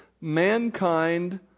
mankind